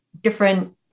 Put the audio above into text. different